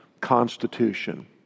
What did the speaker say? Constitution